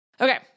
Okay